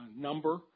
number